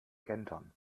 kentern